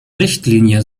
richtlinie